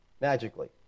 magically